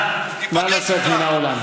אני לא מאחל לך שכך יקרה לך בישיבות.